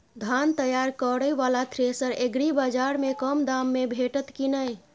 धान तैयार करय वाला थ्रेसर एग्रीबाजार में कम दाम में भेटत की नय?